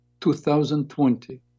2020